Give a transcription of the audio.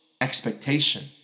expectation